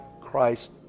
Christ